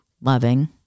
loving